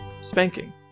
spanking